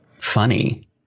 funny